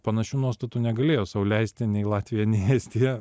panašių nuostatų negalėjo sau leisti nei latvija estija